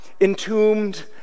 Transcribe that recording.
entombed